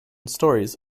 stories